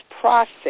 process